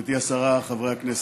גברתי השרה, חברי הכנסת,